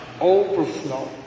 overflow